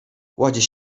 kładzie